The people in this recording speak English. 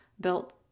built